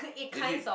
is it